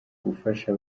gufasha